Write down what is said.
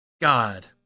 God